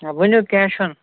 ؤنِو کینٛہہ چھُنہٕ